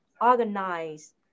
organize